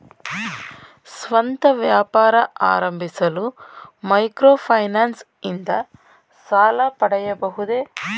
ಸ್ವಂತ ವ್ಯಾಪಾರ ಆರಂಭಿಸಲು ಮೈಕ್ರೋ ಫೈನಾನ್ಸ್ ಇಂದ ಸಾಲ ಪಡೆಯಬಹುದೇ?